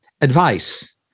advice